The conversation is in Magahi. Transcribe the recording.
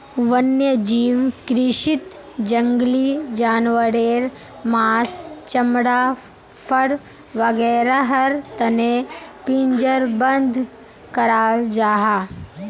वन्यजीव कृषीत जंगली जानवारेर माँस, चमड़ा, फर वागैरहर तने पिंजरबद्ध कराल जाहा